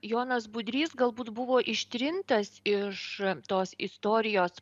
jonas budrys galbūt buvo ištrintas iš tos istorijos